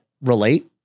relate